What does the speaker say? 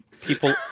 people